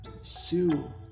sue